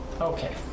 Okay